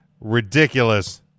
ridiculous